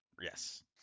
yes